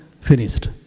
finished